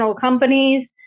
companies